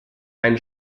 ein